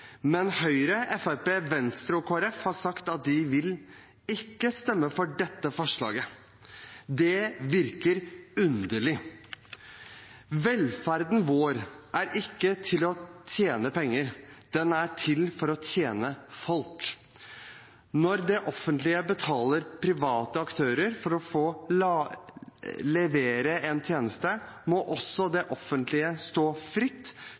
Høyre, Fremskrittspartiet, Venstre og Kristelig Folkeparti har sagt at de ikke vil stemme for dette forslaget. Det virker underlig. Velferden vår er ikke til for å tjene penger, den er til for å tjene folk. Når det offentlige betaler private aktører for å levere en tjeneste, må også det offentlige stå fritt